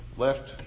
left